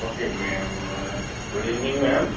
okay ma'am good evening ma'am